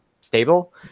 stable